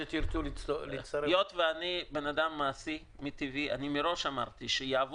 היות שאני אדם מעשי מטבעי אמרתי מראש שיהיה